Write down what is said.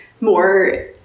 more